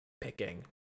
picking